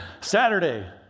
Saturday